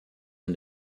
and